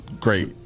great